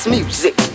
Music